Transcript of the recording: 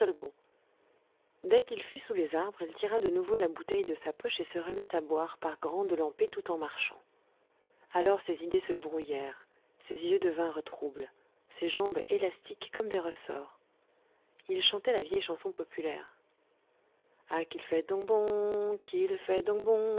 dès qu'il fut sous les arbres il tira de nouveau la bouteille de sa poche et se remit à boire par grandes lampées tout en marchant alors ses idées se brouillèrent ses yeux devinrent troubles ses jambes élastiques comme des ressorts il chantait la vieille chanson populaire ah qu'il fait donc bon qu'il fait donc bon